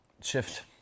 shift